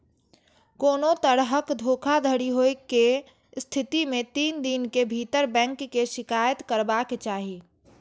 कोनो तरहक धोखाधड़ी होइ के स्थिति मे तीन दिन के भीतर बैंक के शिकायत करबाक चाही